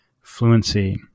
fluency